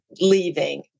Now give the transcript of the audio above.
leaving